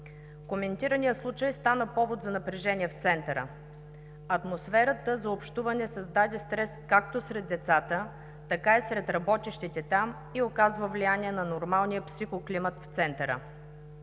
Коментираният случай стана повод за напрежение в центъра. Атмосферата за общуване създаде стрес както сред децата, така и сред работещите там, и оказва влияние на нормалния психоклимат в центъра.